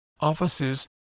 offices